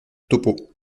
topeau